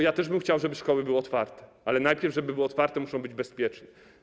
Ja też bym chciał, żeby szkoły były otwarte, ale żeby były otwarte, muszą być bezpieczne.